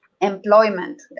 employment